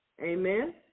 Amen